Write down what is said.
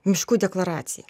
miškų deklaraciją